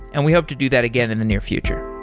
and we hope to do that again in the near future.